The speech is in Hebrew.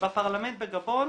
בפרלמנט בגבון,